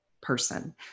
person